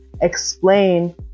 explain